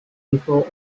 before